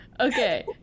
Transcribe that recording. Okay